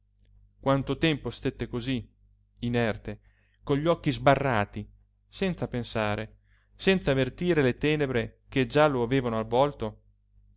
quanto tempo stette cosí inerte con gli occhi sbarrati senza pensare senza avvertire le tenebre che già lo avevano avvolto